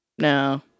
No